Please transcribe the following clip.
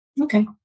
Okay